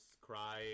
cry